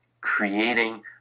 creating